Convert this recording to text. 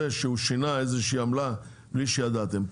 שהוא שינה איזה שהיא עמלה בלי שידעתם.